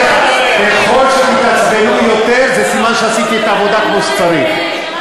ככל שתתעצבנו יותר זה סימן שעשיתי את העבודה כמו שצריך.